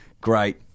Great